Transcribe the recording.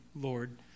Lord